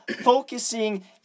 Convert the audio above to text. focusing